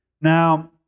Now